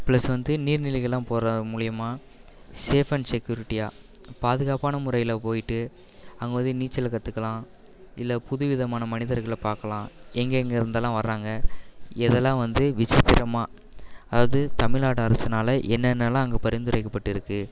plus வந்து நீர் நிலைகள்லாம் போறது மூலிமா சேஃப் அண்ட் செக்யூரிட்டியாக பாதுகாப்பான முறையில் போய்ட்டு அங்கே வந்து நீச்சல் கற்றுக்கலாம் இல்லை புது விதமான மனிதர்களை பார்க்கலாம் எங்கெங்கே இருந்துலாம் வர்றாங்க எதெல்லாம் வந்து விசித்திரமாக அதாவது தமிழ்நாடு அரசினால என்னென்னலாம் அங்கே பரிந்துரைக்கப்பட்டு இருக்குது